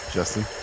Justin